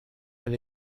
elle